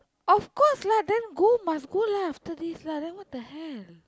of course lah then go must go lah after this lah then what the hell